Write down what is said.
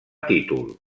títol